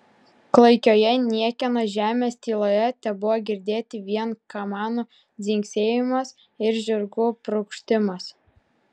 klaikioje niekieno žemės tyloje tebuvo girdėti vien kamanų dzingsėjimas ir žirgų prunkštimas